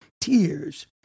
tears